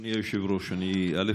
אדוני היושב-ראש, א.